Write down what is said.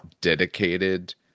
dedicated